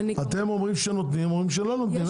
אתם אומרים שנותנים, הם אומרים שלא נותנים.